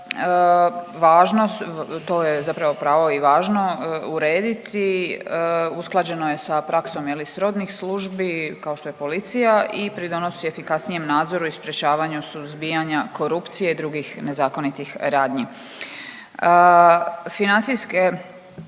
Važnost, to je zapravo pravo i važno urediti, usklađeno je s praksom srodnih službi kao što je policija i pridonosi efikasnijem nadzoru i sprječavanju suzbijanja korupcije i drugih nezakonitih radnji. Financijske